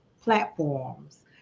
platforms